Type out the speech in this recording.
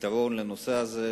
ופתרון כלשהם לנושא הזה.